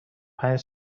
پنج